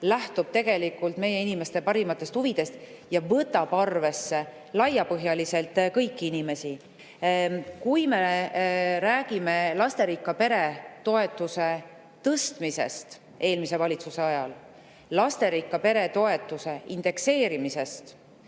lähtub tegelikult meie inimeste parimatest huvidest ja võtab laiapõhjaliselt arvesse kõiki inimesi. Me räägime lasterikka pere toetuse tõstmisest eelmise valitsuse ajal, lasterikka pere toetuse indekseerimisest